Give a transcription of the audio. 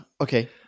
okay